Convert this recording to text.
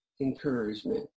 encouragement